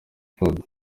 claude